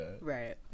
right